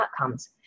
outcomes